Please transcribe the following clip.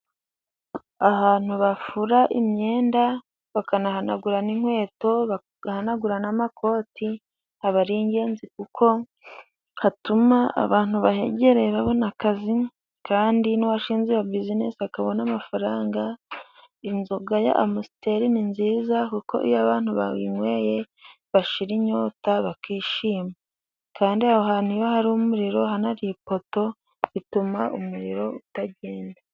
Ahantu bafura imyenda bakanahanagura n'inkweto bagahanagura n'amakoti aba ari ingenzi kuko hatuma abantu bahegere babona akazi, kandi n'uwashinze iyo bizinesi akabona amafaranga. Inzoga ya Amusiteri ni nziza kuko iyo abantu bayinyweye bashira inyota, bakishima. Kandi aho hantu iyo hari umuriro hanari ipoto bituma umuriro utagenda.